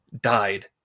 died